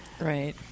Right